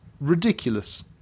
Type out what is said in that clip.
ridiculous